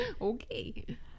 Okay